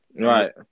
Right